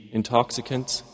intoxicants